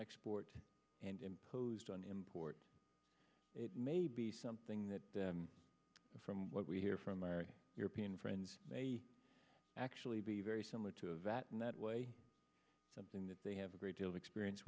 export and imposed on imports it may be something that from what we hear from american european friends may actually be very similar to a vat in that way something that they have a great deal of experience